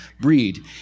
breed